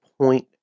point